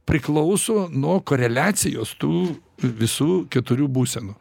priklauso nuo koreliacijos tų visų keturių būsenų